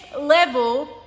level